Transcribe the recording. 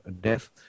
death